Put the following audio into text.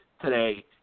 today